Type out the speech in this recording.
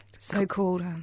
So-called